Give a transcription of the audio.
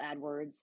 adwords